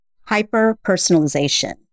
hyper-personalization